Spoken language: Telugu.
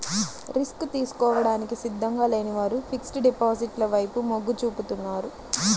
రిస్క్ తీసుకోవడానికి సిద్ధంగా లేని వారు ఫిక్స్డ్ డిపాజిట్ల వైపు మొగ్గు చూపుతున్నారు